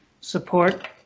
support